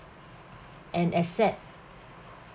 an asset